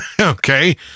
okay